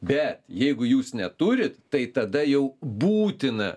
bet jeigu jūs neturit tai tada jau būtina